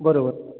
बरं बरं